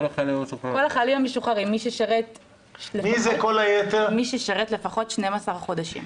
כל החיילים המשוחררים, מי ששירת לפחות 12 חודשים.